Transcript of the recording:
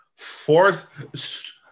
Fourth